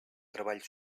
treball